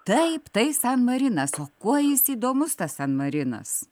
taip tai san marinas o kuo jis įdomus tas san marinas